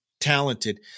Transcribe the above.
talented